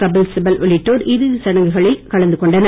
கபில் சிபல் உள்ளிட்டோர் இறுதி சடங்குகளில் கலந்து கொண்டனர்